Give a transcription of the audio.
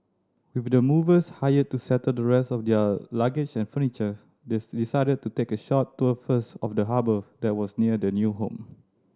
with the movers hired to settle the rest of their luggage and furniture they decided to take a short tour first of the harbour that was near their new home